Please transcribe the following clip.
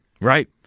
Right